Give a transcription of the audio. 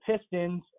Pistons